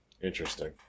Interesting